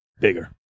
bigger